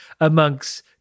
amongst